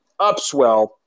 upswell